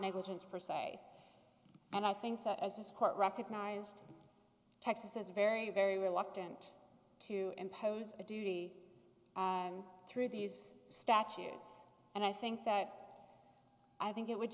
negligence per se and i think that as this court recognized texas is very very reluctant to impose a duty through these statutes and i think that i think it would